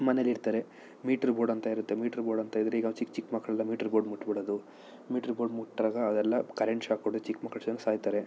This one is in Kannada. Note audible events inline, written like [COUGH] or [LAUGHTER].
ಮನೇಲೆ ಇರ್ತಾರೆ ಮೀಟ್ರು ಬೋರ್ಡ್ ಅಂತ ಇರುತ್ತೆ ಮೀಟ್ರು ಬೋರ್ಡ್ ಅಂತ ಇದ್ರೆ ಈಗ ಚಿಕ್ಕ ಚಿಕ್ಕ ಮಕ್ಳೆಲ್ಲ ಮೀಟ್ರು ಬೋರ್ಡ್ ಮುಟ್ಟಿ ಬಿಡೋದು ಮೀಟ್ರು ಬೋರ್ಡ್ ಮುಟ್ದಾಗ ಅದೆಲ್ಲ ಕರೆಂಟ್ ಶಾಕ್ ಹೊಡೆದು ಚಿಕ್ಕ ಮಕ್ಳು [UNINTELLIGIBLE] ಸಾಯ್ತಾರೆ